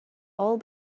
all